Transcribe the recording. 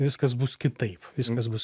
viskas bus kitaip viskas bus